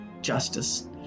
justice